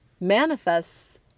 manifests